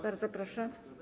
Bardzo proszę.